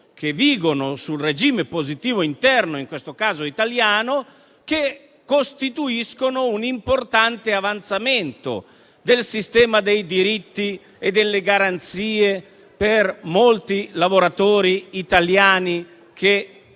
che vigono sul regime impositivo interno, in questo caso italiano, che costituiscono un importante avanzamento del sistema dei diritti e delle garanzie per molti lavoratori italiani, che